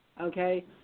Okay